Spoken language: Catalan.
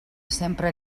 sempre